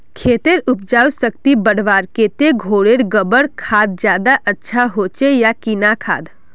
खेतेर उपजाऊ शक्ति बढ़वार केते घोरेर गबर खाद ज्यादा अच्छा होचे या किना खाद?